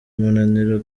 umunaniro